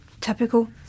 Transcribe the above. Typical